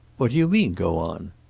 what do you mean, go on?